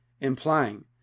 implying